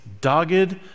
dogged